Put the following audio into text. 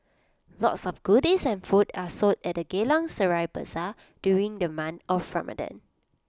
lots of goodies and food are sold at the Geylang Serai Bazaar during the month of Ramadan